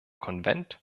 konvent